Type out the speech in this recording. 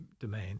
domain